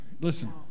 listen